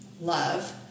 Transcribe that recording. love